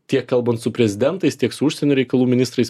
tiek kalbant su prezidentais tiek su užsienio reikalų ministrais